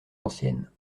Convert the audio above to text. anciennes